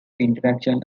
interaction